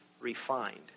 refined